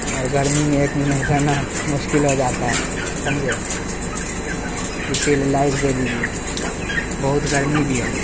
اور گرمی میں ایک منٹ رہنا مشکل ہو جاتا ہے سمجھے ہاں اسی لیے لائٹ دے دیجیے بہت گرمی بھی ہے